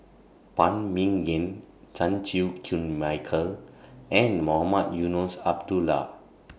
Phan Ming Yen Chan Chew Koon Michael and Mohamed Eunos Abdullah